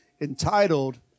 entitled